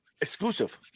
Exclusive